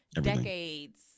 decades